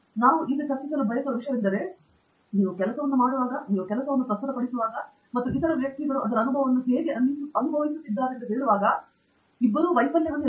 ನಾವು ಈಗ ಚರ್ಚಿಸಲು ಬಯಸುವ ವಿಷಯವೆಂದರೆ ನೀವು ಕೆಲಸವನ್ನು ಮಾಡುವಾಗ ನೀವು ಕೆಲಸವನ್ನು ಪ್ರಸ್ತುತಪಡಿಸುವಾಗ ಮತ್ತು ಇತರ ವ್ಯಕ್ತಿಗಳು ಅದರ ಅನುಭವವನ್ನು ಹೇಗೆ ಅನುಭವಿಸಿದ್ದಾರೆಂದು ಮಾಡುವಾಗ ಎರಡೂ ವೈಫಲ್ಯವನ್ನು ಎದುರಿಸುತ್ತಿದ್ದಾರೆ